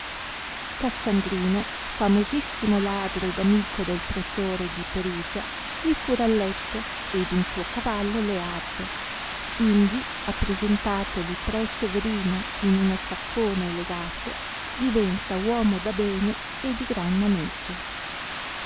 cassandrino famosissimo ladro ed amico del pretore di perugia li fura il letto ed un suo cavallo leardo indi appresentatoli pre severino in uno saccone legato diventa uomo da bene e di gran maneggio